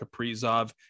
Kaprizov